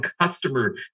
customer